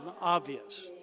obvious